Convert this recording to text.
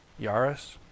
Yaris